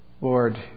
Lord